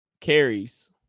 carries